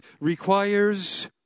requires